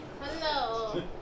Hello